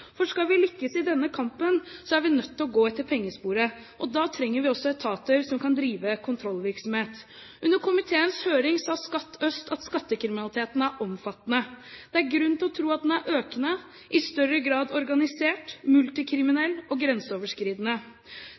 Skal vi lykkes i denne kampen, er vi nødt til å gå etter pengesporet, og da trenger vi også etater som kan drive kontrollvirksomhet. Under komiteens høring sa Skatt øst at skattekriminaliteten er omfattende. Det er grunn til å tro at den er økende, i større grad organisert, multikriminell og grenseoverskridende.